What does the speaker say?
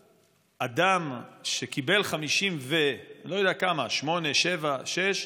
הללו אדם שקיבל 58, 57, 56,